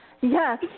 yes